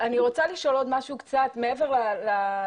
אני רוצה לשאול עוד משהו מעבר לסיסמאות.